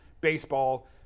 baseball